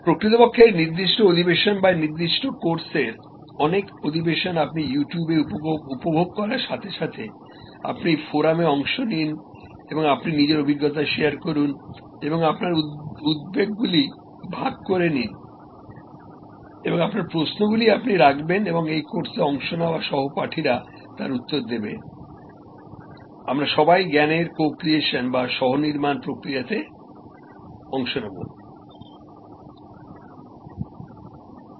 প্রকৃতপক্ষে এই নির্দিষ্ট অধিবেশন বা এই নির্দিষ্ট কোর্সের অনেক অধিবেশন আপনি ইউটিউবে উপভোগ করার সাথে সাথে আপনি ফোরামে অংশ নিন এবং আপনি নিজের অভিজ্ঞতা শেয়ার করুন এবং আপনার উদ্বেগগুলি ভাগ করে নিন এবং আপনার প্রশ্নগুলি আপনি রাখবেন এবং এই কোর্সে অংশ নেওয়া সহপাঠীরা তার উত্তর দেবে আমরা সবাই জ্ঞানের co creation বা সহ নির্মাণ প্রক্রিয়াতে process of co creation of knowledge অংশ নেবেন